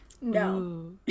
no